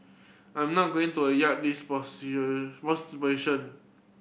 I'm not going to a yield this position most position